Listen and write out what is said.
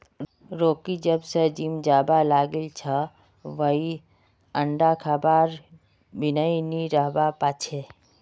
Rocky जब स gym जाबा लागिल छ वइ अंडा खबार बिनइ नी रहबा पा छै